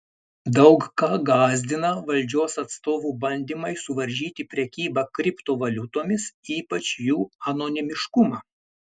daug ką gąsdina valdžios atstovų bandymai suvaržyti prekybą kriptovaliutomis ypač jų anonimiškumą